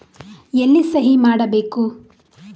ಎಲ್ಲಿ ಸಹಿ ಮಾಡಬೇಕು?